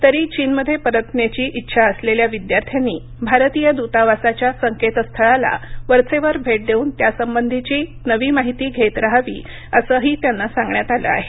तरी चीनमध्ये परतण्याची इच्छा असलेल्या विद्यार्थ्यांनी भारतीय दूतावासाच्या संकेत स्थळाला वरचेवर भेट देऊन त्यासंबंधीची नवी माहिती घेत रहावी असंही त्यांना सांगण्यात आलं आहे